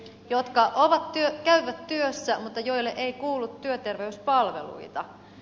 jotka käyvät työssä mutta joille ei kuulu työterveyspalveluita